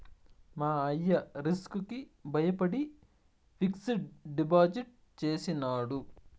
మా అయ్య రిస్క్ కి బయపడి ఫిక్సిడ్ డిపాజిట్ చేసినాడు